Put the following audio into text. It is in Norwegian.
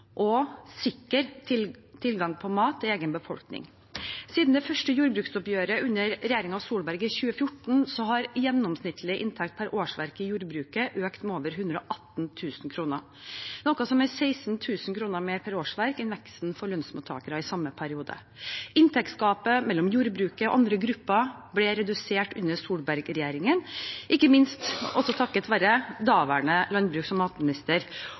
og sikker tilgang på mat til egen befolkning. Siden det første jordbruksoppgjøret under regjeringen Solberg i 2014 har gjennomsnittlig inntekt per årsverk i jordbruket økt med over 118 000 kr, noe som er 16 000 kr mer per årsverk enn veksten for lønnsmottakere i samme periode. Inntektsgapet mellom jordbruket og andre grupper ble redusert under Solberg-regjeringen, ikke minst også takket være daværende landbruks- og matminister